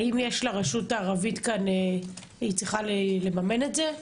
האם הרשות הערבית מממנת את זה?